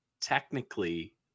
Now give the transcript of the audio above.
technically